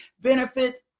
benefit